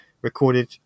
recorded